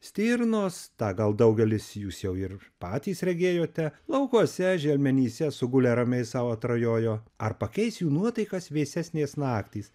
stirnos tą gal daugelis jūs jau ir patys regėjote laukuose želmenyse sugulę ramiai sau atrajojo ar pakeis jų nuotaikas vėsesnės naktys